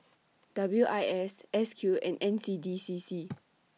W I S S Q and N C D C C